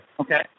Okay